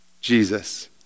Jesus